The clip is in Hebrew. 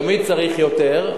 תמיד צריך יותר,